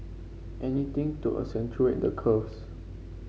anything to accentuate the curves